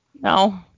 No